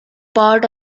part